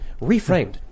reframed